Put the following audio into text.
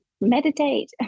Meditate